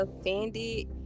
offended